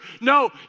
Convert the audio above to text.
No